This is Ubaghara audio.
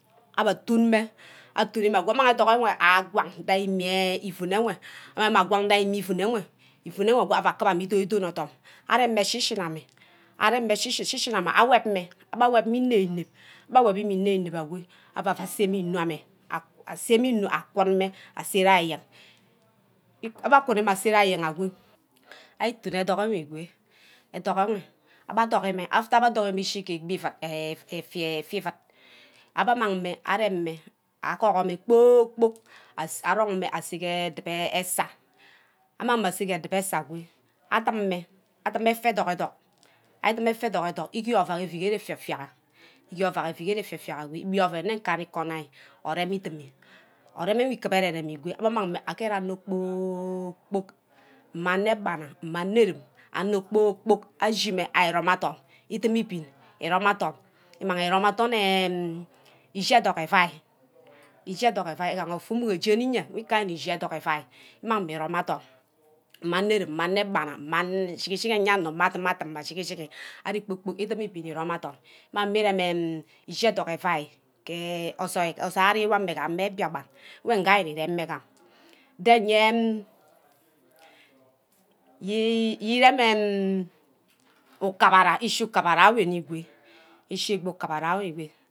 Abbe atun meh, atuni meh ago amang edunck ewe agwong je imia iuun eww ago aua kuboma ido-dorni odum, areme eshi shina ameh, areme shi-shi shi-shina ameh, abba aweb meh, abbe aweh meh inep-inep agwe, aua semeh inu ameh, asemeh inu aku-meh asa rai eyen, abba asun-meh aseh ke eyen agwe, ari ton educk we igo, edunck enve after abbe a dugi meh ishi je egbi iuid, eh efiam euid abbe among meh arem-meh agogi-meh kpor-kpork arong meh asege edibeh esah, among meh aseh ke edubor esah agwe, adim-meh, adim eifa dog-edunk, ari dim effa educk-educk, ari gear ouack euihere eviauad, egear ouack evihere euiauad agwe igbi ouen nne nkani-ken onine, oreme idimi oreme ikuhubar ere-reme ago abbeh among mne aged onor kpor-kpork mma ene bana mmeh anerum, aner kpor-kpork ashimeh ari rum odorn idim ipin irome adorn imange irome eh ishi edunk efia, ishi edunk euai wor igaha ofer umugir jemi iyeah mneh kubor aribnni ishi edunk euai imang mch irome adorn, mma enerum, mma anebana, mma jigi-jigi eyennor, mma adim adim, mma jigi-jig ari kpor-kpork idim ibin irome adorn, imang me iren eh ishi educk eusi gee osoil, osoil wor gam-meh mbiak pan wey nga ari nireme gba, deme ye ukuwara, ushi ukuwara engune ishi ku ukuwaria engune.